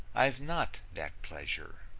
i've not that pleasure.